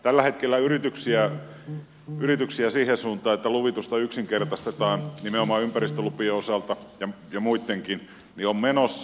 tällä hetkellä yrityksiä siihen suuntaan että luvitusta yksinkertaistetaan nimenomaan ympäristölupien osalta ja muittenkin on menossa